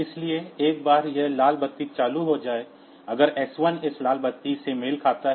इसलिए एक बार यह लाल बत्ती चालू हो जाए अगर s1 इस लाल बत्ती से मेल खाता है